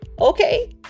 okay